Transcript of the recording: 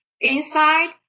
inside